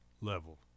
level